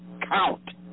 count